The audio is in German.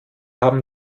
haben